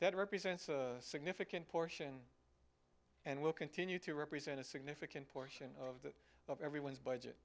that represents a significant portion and will continue to represent a significant portion of everyone's budget